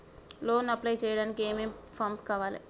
Loan apply చేయడానికి ఏం ఏం ఫామ్స్ కావాలే?